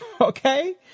Okay